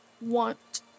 want